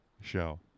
show